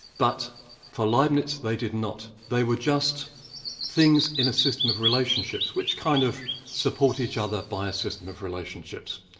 but for leibniz they did not, they were just things in a system of relationships which kind of support each other by a system of relationships.